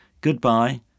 goodbye